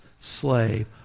slave